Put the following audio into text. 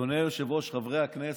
אדוני היושב-ראש, חברי הכנסת,